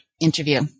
interview